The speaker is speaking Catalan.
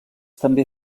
també